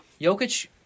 Jokic